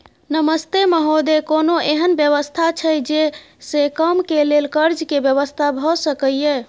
नमस्ते महोदय, कोनो एहन व्यवस्था छै जे से कम के लेल कर्ज के व्यवस्था भ सके ये?